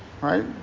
Right